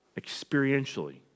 experientially